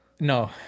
no